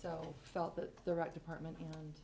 so felt that the right department